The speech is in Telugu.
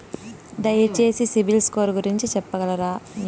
దయచేసి సిబిల్ స్కోర్ గురించి చెప్పగలరా?